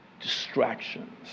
distractions